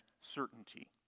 certainty